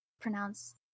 pronounce